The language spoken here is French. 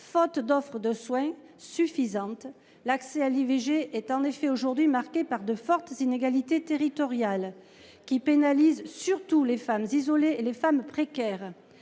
Faute d’offre de soins suffisante, l’accès à l’IVG est en effet marqué aujourd’hui par de fortes inégalités territoriales, qui pénalisent surtout les femmes isolées et les femmes précaires.